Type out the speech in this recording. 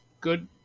good